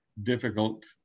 Difficult